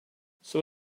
some